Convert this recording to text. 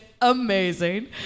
amazing